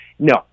No